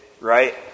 right